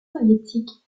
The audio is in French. soviétique